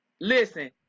listen